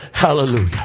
hallelujah